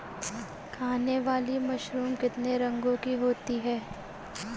खाने वाली मशरूम कितने रंगों की होती है?